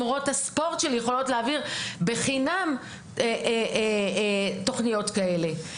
מורות הספורט שלי יכולות להעביר בחינם תוכניות כאלה.